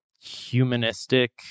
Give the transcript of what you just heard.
humanistic